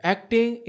Acting